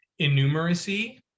innumeracy